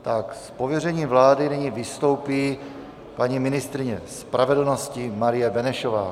Z pověření vlády nyní vystoupí paní ministryně spravedlnosti Marie Benešová.